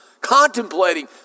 contemplating